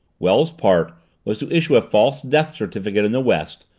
wells's part was to issue a false death certificate in the west,